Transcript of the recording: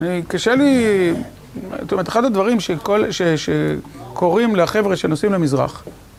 קשה לי, זאת אומרת אחד הדברים שקורים לחבר'ה שנוסעים למזרח